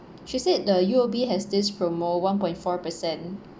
she said the U_O_B has this promo one point four percent